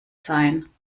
sein